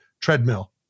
treadmill